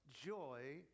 joy